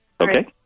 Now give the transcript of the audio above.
okay